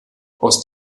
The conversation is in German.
aus